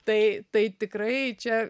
tai tai tikrai čia